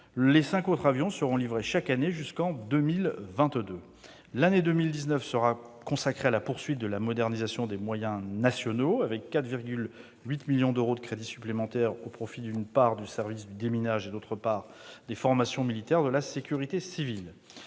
Les cinq autres avions seront livrés chaque année jusqu'en 2022. L'année 2019 sera consacrée à la poursuite de la modernisation des moyens nationaux, avec 4,8 millions d'euros de crédits supplémentaires, au profit, d'une part, du service du déminage, et, d'autre part, des formations militaires de la sécurité civile.